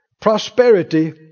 Prosperity